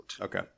Okay